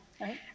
right